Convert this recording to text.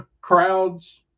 crowds